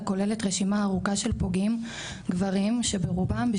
הכוללת רשימה ארוכה של פוגעים גברים שברובם,